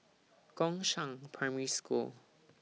Gongshang Primary School